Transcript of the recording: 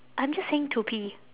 I'm just saying to pee